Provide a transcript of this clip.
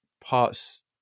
parts